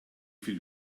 viel